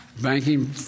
banking